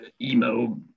emo